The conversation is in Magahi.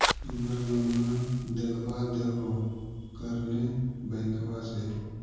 हमरा लोनवा देलवा देहो करने बैंकवा से?